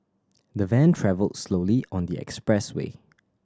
the van travelled slowly on the expressway